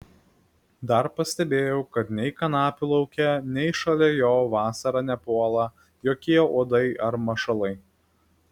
dar pastebėjau kad nei kanapių lauke nei šalia jo vasarą nepuola jokie uodai ar mašalai